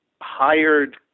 hired